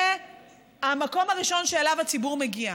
זה המקום הראשון שאליו הציבור מגיע.